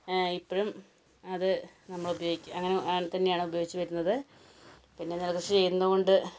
ഇപ്പഴും അത് നമ്മള് ഉപയോഗിക്കുക അങ്ങനെ തന്നെയാണ് ഉപയോഗിച്ച് വരുന്നത് പിന്നെ നെൽകൃഷി ചെയ്യുന്നത് കൊണ്ട്